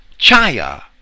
Chaya